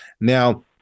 Now